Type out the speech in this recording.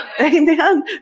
Amen